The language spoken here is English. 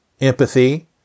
empathy